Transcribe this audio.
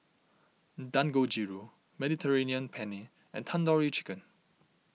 Dangojiru Mediterranean Penne and Tandoori Chicken